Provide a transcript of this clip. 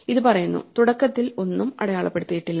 ഇത് പറയുന്നു തുടക്കത്തിൽ ഒന്നും അടയാളപ്പെടുത്തിയിട്ടില്ലെന്ന്